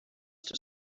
have